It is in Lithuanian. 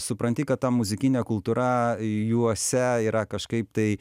supranti kad ta muzikinė kultūra juose yra kažkaip tai